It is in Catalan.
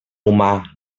humà